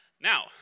Now